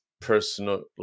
personal